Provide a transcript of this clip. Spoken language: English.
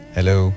Hello